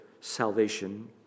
salvation